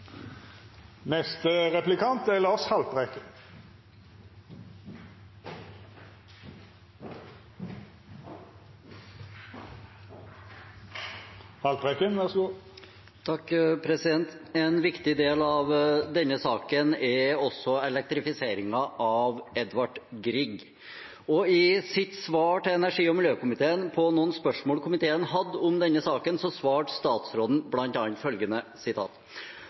En viktig del av denne saken er også elektrifiseringen av Edvard Grieg. I sitt svar til energi- og miljøkomiteen på noen spørsmål komiteen hadde om denne saken, sa statsråden